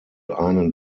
einen